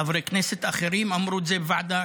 חברי כנסת אחרים אמרו את זה בוועדה,